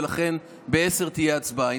ולכן ב-10:00 תהיה הצבעה.